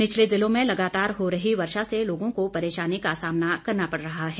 निचले जिलों में लगातार हो रही वर्षा से लोगों को परेशानी का सामना करना पड़ रहा है